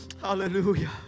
Hallelujah